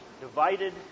Divided